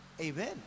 amen